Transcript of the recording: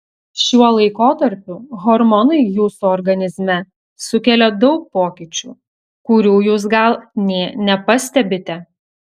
šiuo laikotarpiu hormonai jūsų organizme sukelia daug pokyčių kurių jūs gal nė nepastebite